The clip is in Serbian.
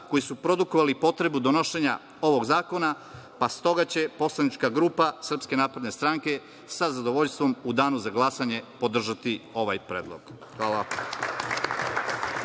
koji su produkovali potrebu donošenja ovog zakona, pa stoga će poslanička grupa SNS sa zadovoljstvom u danu za glasanje podržati ovaj predlog. Hvala.